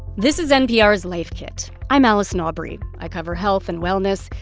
this is npr's life kit. i'm allison aubrey. i cover health and wellness.